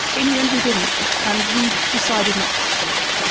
in the end we didn't, and we decided not to pursue it.